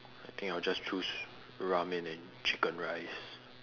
I think I'll just choose ramen and chicken rice